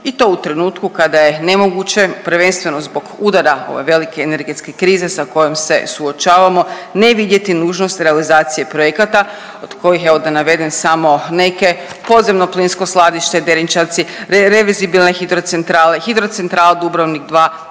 i to u trenutku kada je nemoguće prvenstveno zbog udara ove velike energetske krize sa kojom se suočavamo ne vidjeti nužnost realizacije projekata od kojih, evo da navedem samo neke, podzemno plinsko skladište …/Govornik se ne razumije/…reverzibilne hidrocentrale, Hidrocentrala Dubrovnik 2,